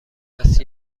است